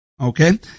okay